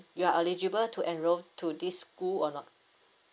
you are eligible to enroll to this school or not